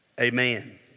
amen